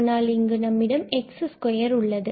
ஆனால் இங்கு நம்மிடம் x2 உள்ளது